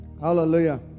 Hallelujah